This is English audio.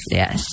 yes